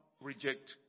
reject